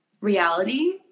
reality